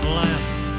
left